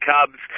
Cubs